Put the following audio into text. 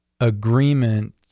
agreement